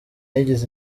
yigize